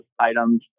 items